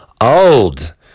old